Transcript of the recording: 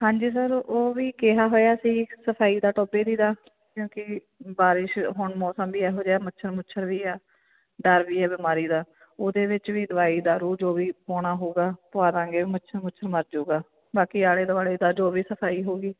ਹਾਂਜੀ ਸਰ ਉਹ ਵੀ ਕਿਹਾ ਹੋਇਆ ਸੀ ਸਫਾਈ ਦਾ ਟੋਬੇ ਦੀ ਦਾ ਕਿਉਂਕਿ ਬਾਰਿਸ਼ ਹੁਣ ਮੌਸਮ ਦੀ ਇਹੋ ਜਿਹਾ ਮੱਛਰ ਮੁੱਛਰ ਵੀ ਆ ਡਰ ਵੀ ਹੈ ਬਿਮਾਰੀ ਦਾ ਉਹਦੇ ਵਿੱਚ ਵੀ ਦਵਾਈ ਦਾ ਰੂ ਜੋ ਵੀ ਪਾਉਣਾ ਹੋਗਾ ਪਾਦਾਂਗੇ ਮੱਛਰ ਮੁੱਛਰ ਮਰਜੂਗਾ ਬਾਕੀ ਆਲੇ ਦੁਆਲੇ ਦਾ ਜੋ ਵੀ ਸਫਾਈ ਹੋ ਗਈ